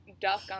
duck